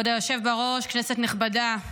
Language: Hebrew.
כבוד היושב בראש, כנסת נכבדה,